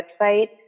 website